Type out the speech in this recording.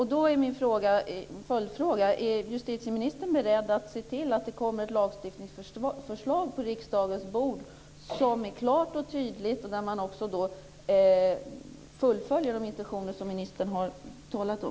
Min följdfråga är då: Är justitieministern beredd att se till att det kommer ett lagstiftningsförslag på riksdagens bord som är klart och tydligt och där man också fullföljer de intentioner som ministern har talat om?